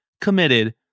committed